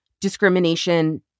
discrimination